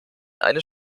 eines